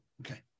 Okay